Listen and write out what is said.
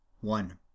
one